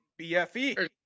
BFE